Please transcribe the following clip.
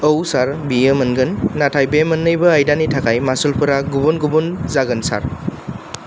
औ सार बियो मोनगोन नाथाय बे मोननैबो आयदानि थाखाय मासुलफोरा गुबुन गुबुन जागोन सार